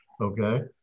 okay